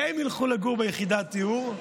שהם ילכו לגור ביחידת דיור,